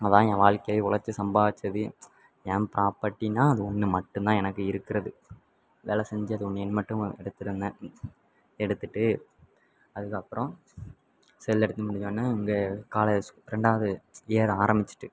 அதுதான் என் வாழ்க்கைய ஒழைச்சி சம்பாதித்தது என் ப்ராபர்ட்டின்னால் அது ஒன்று மட்டும்தான் எனக்கு இருக்கிறது வேலை செஞ்சு அது ஒன்றே ஒன்று மட்டும் எடுத்திருந்தேன் எடுத்துவிட்டு அதுக்கப்புறம் செல்லை எடுத்து முடிஞ்சோன்னே இங்கே காலேஜ் ரெண்டாவது இயர் ஆரம்பிச்சுட்டு